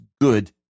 good